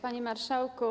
Panie Marszałku!